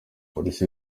polisi